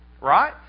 Right